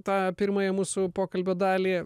tą pirmąją mūsų pokalbio dalį